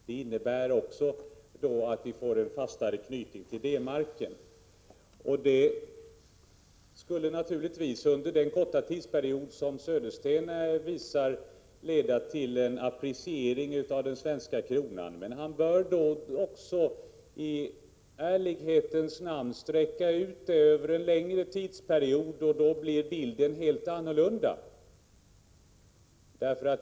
Det innebär också att vi får en fastare knytning till D-marken. Naturligtvis skulle det under en kort tidsperiod, som Bo Södersten visar, leda till en appreciering av den svenska kronan, men han bör också i ärlighetens namn sträcka ut det över en längre tidsperiod, och då blir bilden helt annorlunda.